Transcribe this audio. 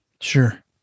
Sure